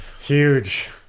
huge